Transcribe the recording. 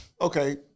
okay